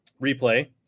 replay